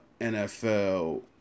NFL